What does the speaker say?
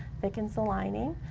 thickens the lining.